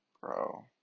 bro